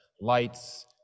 lights